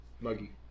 muggy